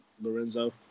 Lorenzo